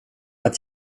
att